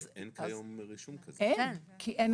אין כיום רישום כזה.